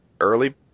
early